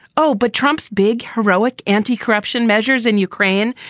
oh, but trump's big heroic anti-corruption measures in ukraine.